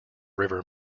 river